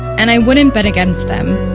and i wouldn't bet against them.